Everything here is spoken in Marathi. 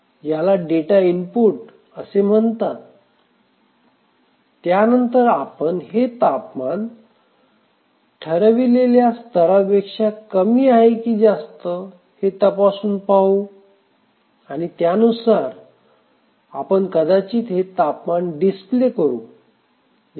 ह्याला डेटा इनपुट असे म्हणतात त्यानंतर आपण हे तापमान ठरविलेल्या स्तरापेक्षा कमी आहे की जास्त हे तपासून पाहू आणि त्यानुसार आपण कदाचित हे तापमान डिस्प्ले करू